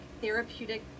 therapeutic